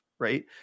right